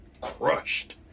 crushed